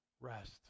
Rest